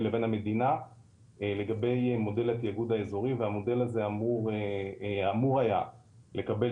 לבין המדינה לגבי מודל התאגוד האזורי והמודל הזה אמור היה לקבל